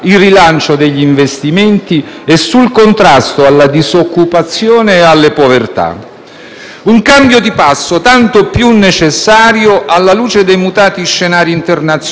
Un cambio di passo tanto più necessario alla luce dei mutati scenari internazionali, che negli ultimi mesi hanno visto la ricomparsa di vere e proprie guerre commerciali